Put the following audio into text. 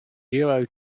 duo